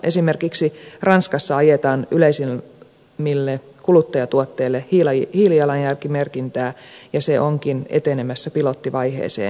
esimerkiksi ranskassa ajetaan yleisimmille kuluttajatuotteille hiilijalanjälkimerkintää ja se onkin etenemässä pilottivaiheeseen